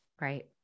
Right